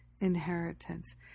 inheritance